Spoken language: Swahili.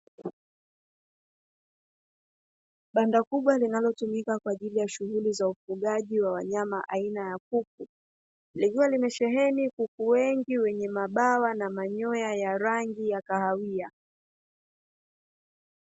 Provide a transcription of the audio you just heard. Banda kubwa linalotumika kwa ajili ya shughuli za ufugaji wa wanyama aina ya kuku, likiwa limesheheni kuku wengi wenye mabawa na manyoya yenye rangi ya kahawia.